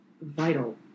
vital